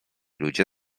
ludzie